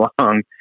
long